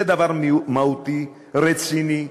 זה דבר מהותי, רציני,